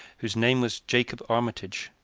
whose name was jacob armitage,